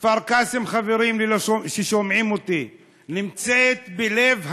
כפר קאסם, חברים ששומעים אותי, נמצאת בלב המדינה,